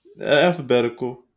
Alphabetical